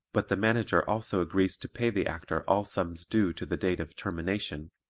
but the manager also agrees to pay the actor all sums due to the date of termination,